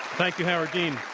thank you, howard dean.